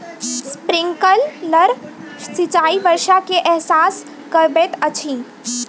sprinkler सिचाई वर्षा के एहसास करबैत अछि